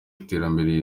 iterambere